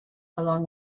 along